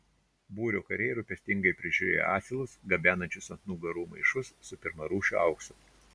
būrio kariai rūpestingai prižiūrėjo asilus gabenančius ant nugarų maišus su pirmarūšiu auksu